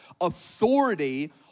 authority